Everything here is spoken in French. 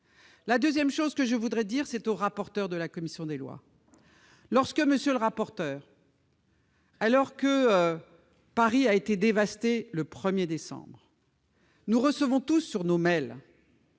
La 2ème chose que je voudrais dire c'est au rapporteur de la commission des lois, lorsque monsieur le rapporteur. Alors que Paris a été dévasté, le 1er décembre. Nous recevons tous sur nos mails.